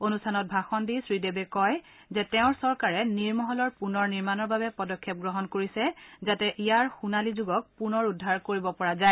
অনুষ্ঠানত ভাষণ শ্ৰীদেৱে কয় যে তেওঁৰ চৰকাৰে নিৰমহলৰ পূনৰ নিৰ্মাণৰ বাবে পদক্ষেপ গ্ৰহণ কৰিছে যাতে ইয়াৰ সোণালী যুগক পুনৰ উদ্ধাৰ কৰিব পৰা যায়